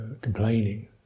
complaining